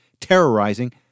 terrorizing